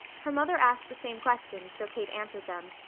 her mother asked the same questions so kate answered them.